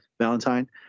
Valentine